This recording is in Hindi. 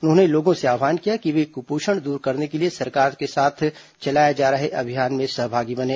उन्होंने लोगों से आव्हान किया कि वे कुपोषण दूर करने के लिए सरकार के साथ चलाए जा रहे अभियान में सहभागी बने